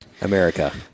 America